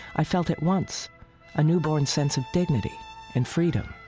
i felt at once a newborn sense of dignity and freedom